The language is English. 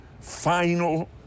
final